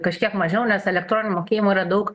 kažkiek mažiau nes elektroninių mokėjimų yra daug